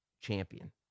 Champion